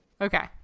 Okay